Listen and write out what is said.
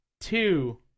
two